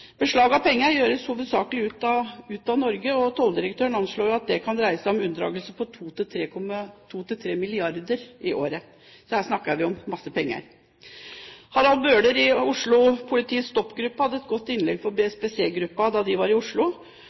Beslag av penger gjøres hovedsakelig ut av Norge. Tolldirektøren anslår at det kan dreie seg om unndragelser på 2–3 mrd. kr i året, så her snakker vi om masse penger. Harald Bøhler i Oslo-politiets STOP-gruppe hadde et godt innlegg for BSPC-gruppen da de var i Oslo.